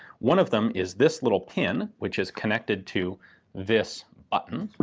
one of them is this little pin which is connected to this button.